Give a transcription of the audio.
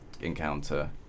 encounter